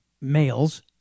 males